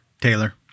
Taylor